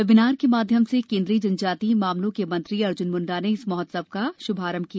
webinar के माध्यम से केन्द्रीय जनजातीय मामलों के मंत्री अर्जुन मुंडा ने इस महोत्सव का उद्घाटन किया